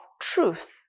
truth